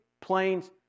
planes